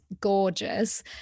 gorgeous